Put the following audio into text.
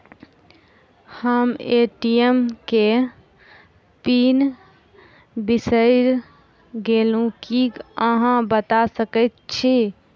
हम ए.टी.एम केँ पिन बिसईर गेलू की अहाँ बता सकैत छी?